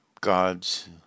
God's